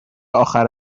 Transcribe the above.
اخر